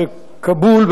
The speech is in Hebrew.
בכאבול,